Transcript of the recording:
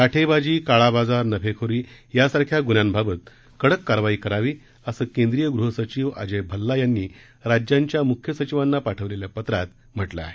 साठेबाजी काळा बाजार नफेखोरी यासारख्या गुन्ह्यांबाबत कडक कारवाई करावी असं केंद्रीय गृह सचीव अजय भल्ला यांनी राज्यांच्या मुख्य सचिवांना पाठवलेल्या पत्रात म्हटलं आहे